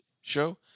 show